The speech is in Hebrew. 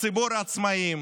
וציבור העצמאים,